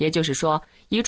you you